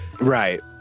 Right